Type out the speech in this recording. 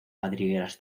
madrigueras